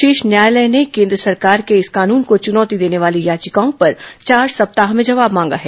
शीर्ष न्यायालय ने केन्द्र सरकार से इस कानून को चुनौती देने वाली याचिकाओं पर चार सप्ताह में जवाब मांगा है